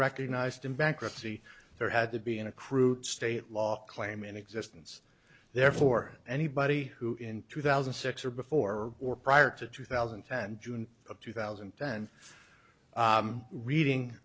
recognized in bankruptcy there had to be in a crude state law claim in existence there for anybody who in two thousand and six or before or prior to two thousand and ten june of two thousand and ten reading